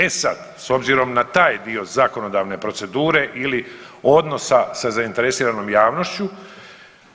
E sad, s obzirom na taj dio zakonodavne procedure ili odnosa sa zainteresiranom javnošću